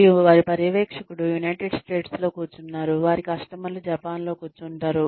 మరియు వారి పర్యవేక్షకుడు యునైటెడ్ స్టేట్స్లో కూర్చున్నాడు వారి కస్టమర్లు జపాన్లో కూర్చున్నారు